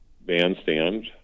bandstand